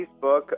Facebook